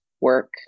work